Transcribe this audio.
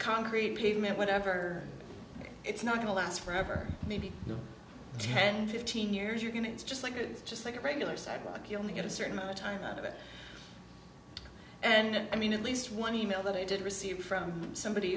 concrete pavement whatever it's not going to last forever maybe ten fifteen years you can it's just like it's just like a regular sidewalk you only get a certain amount of time out of it and i mean at least one e mail that i did receive from somebody